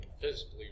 physically